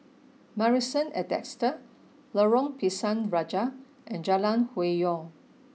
Marrison at Desker Lorong Pisang Raja and Jalan Hwi Yoh